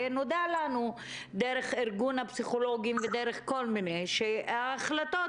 ונודע לנו דרך ארגון הפסיכולוגים ודרך כל מיני אחרים שההחלטות